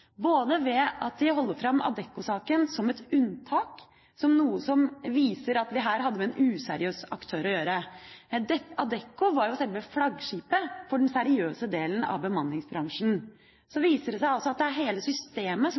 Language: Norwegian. ved at de holder fram Adecco-saken som et unntak, som noe som viser at vi her hadde med en useriøs aktør å gjøre. Adecco var jo sjølve flaggskipet for den seriøse delen av bemanningsbransjen. Så viser det seg altså at det er hele systemet som